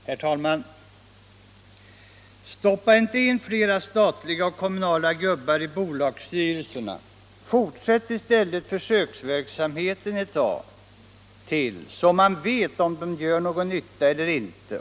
Herr talman! ”Stoppa inte in fler statliga och kommunala gubbar i bolagsstyrelserna. Fortsätt i stället försöksverksamheten ett tag till så man vet om de gör någon nytta eller inte.